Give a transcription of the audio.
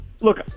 Look